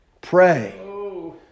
Pray